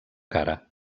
cara